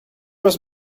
was